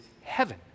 heaven